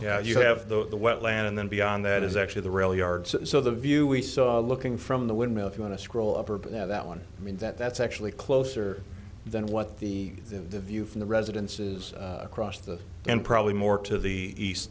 yeah you have the wetland and then beyond that is actually the rail yard so the view we saw looking from the windmill if you want to scroll up or but now that one i mean that that's actually closer than what the view from the residences across the and probably more to the east